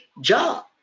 job